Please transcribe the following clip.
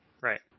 Right